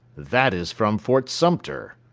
that is from fort sumter,